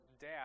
dad